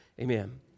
amen